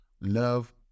love